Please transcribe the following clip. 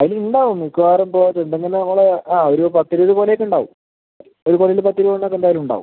അത് ഉണ്ടാവും മിക്കവാറും ഇപ്പോൾ ചെന്തെങ്ങിൻ്റ നമ്മള് ആ ഒര് പത്ത് ഇരുപത് കുല ഒക്കെ ഉണ്ടാവും ഒരു കുലയില് പത്ത് ഇരുപത് എണ്ണം ഒക്കെ എന്തായാലും ഉണ്ടാവും